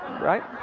Right